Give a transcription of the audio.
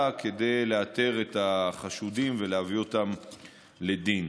כדי לאתר את החשודים ולהביא אותם לדין.